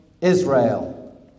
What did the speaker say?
Israel